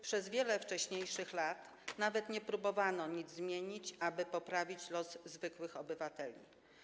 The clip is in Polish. Przez wiele wcześniejszych lat nawet nie próbowano nic zmienić, aby poprawić los zwykłych obywateli.